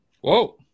Whoa